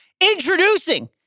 Introducing